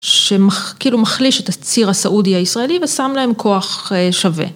שכאילו מחליש את הציר הסעודי הישראלי ושם להם כוח שווה.